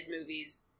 movies